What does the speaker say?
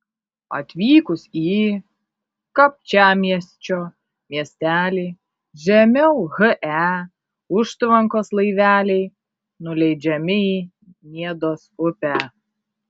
atvykus į kapčiamiesčio miestelį žemiau he užtvankos laiveliai nuleidžiami į niedos upę